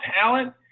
talent